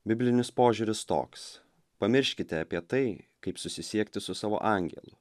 biblinis požiūris toks pamirškite apie tai kaip susisiekti su savo angelu